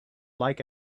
like